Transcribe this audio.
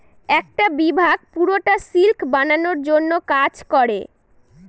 একটা বিভাগ পুরোটা সিল্ক বানানোর জন্য কাজ করে